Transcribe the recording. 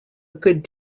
good